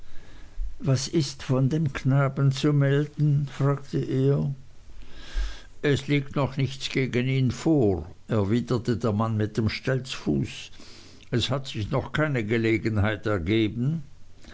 was ist von dem knaben zu melden fragte er es liegt noch nichts gegen ihn vor erwiderte der mann mit dem stelzfuß es hat sich noch keine gelegenheit ergeben